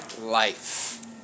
life